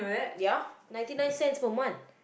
ya ninety nine cents for month